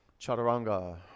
Chaturanga